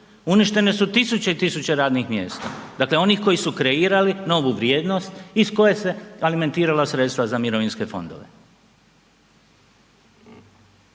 Uništene su tisuće i tisuće radnih mjesta, dakle onih koji su kreirali novu vrijednost iz koje se alimentirala sredstva za mirovinske fondove.